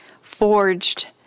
forged